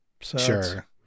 Sure